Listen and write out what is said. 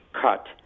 cut